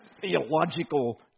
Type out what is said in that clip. theological